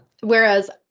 whereas